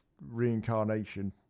reincarnation